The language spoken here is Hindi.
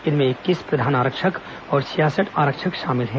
इनमें इक्कीस प्रधान आरक्षक और छियासठ आरक्षक शामिल हैं